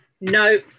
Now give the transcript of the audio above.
No